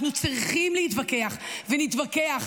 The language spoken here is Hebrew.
אנחנו צריכים להתווכח ונתווכח,